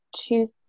two